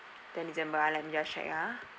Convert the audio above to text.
tenth december ah let me just check ah